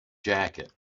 jacket